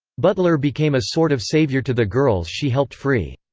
butler became a sort of saviour to the girls she helped free.